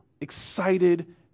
excited